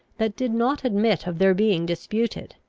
that did not admit of their being disputed.